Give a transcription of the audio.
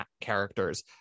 characters